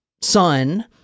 son